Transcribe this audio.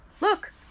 Look